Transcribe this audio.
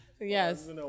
Yes